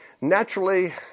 naturally